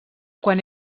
quan